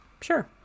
sure